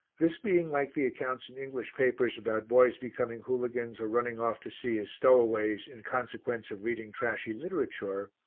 this being like the accounts in english papers about boys becoming hooligans or running off to sea as stowaways in consequence of reading trashy literature,